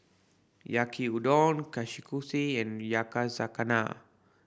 Yaki Udon Kushikatsu and Yakizakana